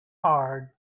hard